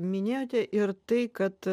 minėjote ir tai kad